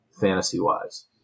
fantasy-wise